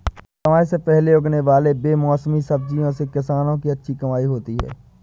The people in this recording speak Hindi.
समय से पहले उगने वाले बेमौसमी सब्जियों से किसानों की अच्छी कमाई होती है